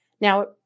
Now